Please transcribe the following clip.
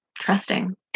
trusting